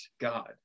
God